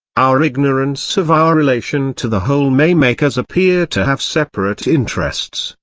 our ignorance of our relation to the whole may make us appear to have separate interests,